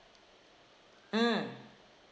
mm